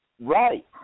Right